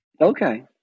Okay